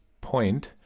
point